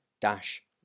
dash